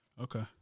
Okay